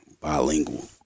bilingual